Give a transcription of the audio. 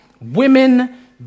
Women